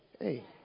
Hey